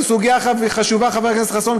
זו סוגיה אחת, והיא חשובה, חבר הכנסת חסון.